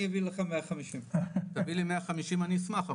אני אביא לך 150. תביא לי 150 אני אשמח,